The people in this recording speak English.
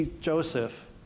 Joseph